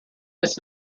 was